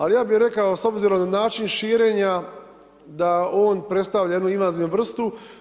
Ali, ja bi rekao, s obzirom na način širenja, da on predstavlja jednu invazivnu vrstu.